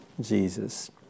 Jesus